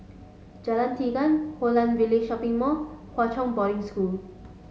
Jalan Tiga Holland Village Shopping Mall Hwa Chong Boarding School